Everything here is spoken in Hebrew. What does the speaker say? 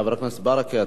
חבר הכנסת ברכה,